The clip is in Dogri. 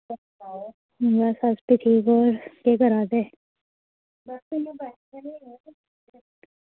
बस अस ते ठीक होर केह् करा दे